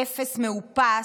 "אפס מאופס",